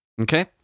Okay